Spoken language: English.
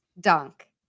dunk